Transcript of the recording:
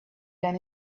than